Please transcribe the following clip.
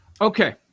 Okay